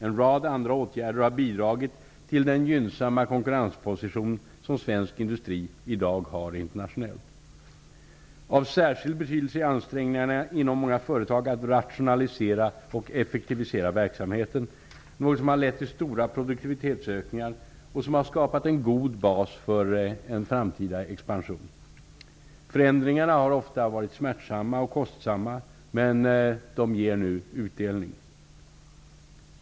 En rad andra åtgärder har bidragit till den gynnsamma konkurrensposition som svensk industri i dag har internationellt. Av särskild betydelse är ansträngningarna inom många företag att rationalisera och effektivisera verksamheten, något som har lett till stora produktivitetsökningar och som har skapat en god bas för en framtida expansion. Förändringarna har ofta varit smärtsamma och kostsamma, men de ger nu utdelning.